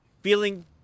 feeling